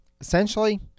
Essentially